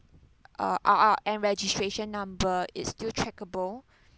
a R_R_N registration number is still trackable